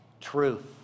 truth